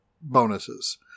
bonuses